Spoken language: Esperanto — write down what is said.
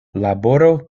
laboro